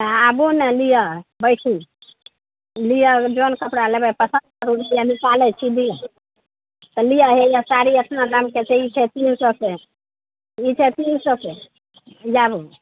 अहाँ आबू ने लिअ बैठू लिअ जोन कपड़ा लेबय पसन्द करू रुपैआ निकालय छी हे लिअ हैया साड़ी एतना दामके छै ई छै तीन सओके ई छै तीन सओके आबू